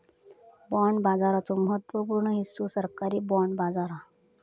bond बाजाराचो महत्त्व पूर्ण हिस्सो सरकारी बाँड बाजार हा